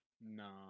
No